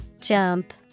Jump